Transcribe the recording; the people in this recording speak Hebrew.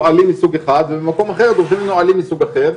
עלים מסוג אחד ובמקום אחר דורשים ממנו עלים מסוג אחר,